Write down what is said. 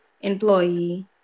employee